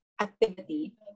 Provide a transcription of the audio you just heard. activity